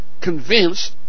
convinced